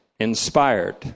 Inspired